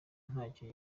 ntacyo